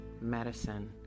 medicine